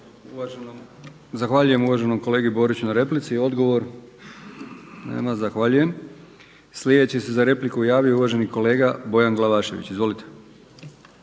Zahvaljujem uvaženom kolegi Boriću na replici. Odgovor nema. Zahvaljujem. Sljedeći se za repliku javio uvaženi kolega Bojan Glavašević, izvolite.